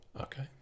Okay